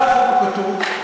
זה החוק הכתוב,